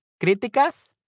críticas